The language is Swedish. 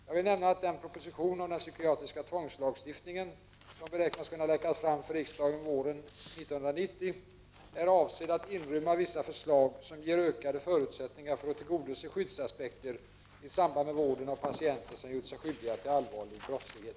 Jag vill nämna att den proposition om den psykiatriska tvångslagstiftningen som beräknas kunna läggas fram för riksdagen under våren 1990 är avsedd att inrymma vissa förslag som ger ökade förutsättningar för att tillgodose skyddsaspekter i samband med vården av patienter som gjort sig skyldiga till allvarlig brottslighet.